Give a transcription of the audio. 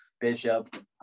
Bishop